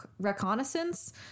reconnaissance